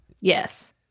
Yes